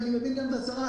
ואני מבין גם את השרה,